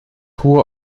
hohe